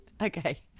Okay